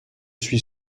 suis